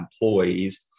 employees